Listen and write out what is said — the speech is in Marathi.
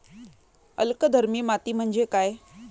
अल्कधर्मी माती म्हणजे काय?